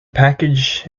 package